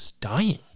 dying